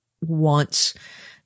wants